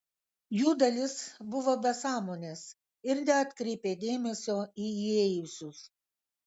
jų dalis buvo be sąmonės ir neatkreipė dėmesio į įėjusius